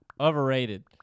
Overrated